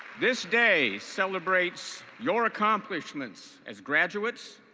this day celebrates your accomplishments as graduates,